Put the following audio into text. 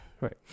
right